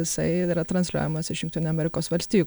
jisai yra transliuojamas iš jungtinių amerikos valstijų